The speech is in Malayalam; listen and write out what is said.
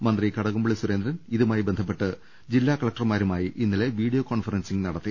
മന്ത്രി കടകംപള്ളി സുരേ ന്ദ്രൻ ഇതുമായി ബന്ധപ്പെട്ട് ജില്ലാ കളക്ടർമാരുമായി ഇന്നലെ വീഡിയോ കോൺഫറൻസിങ് നടത്തി